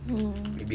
mm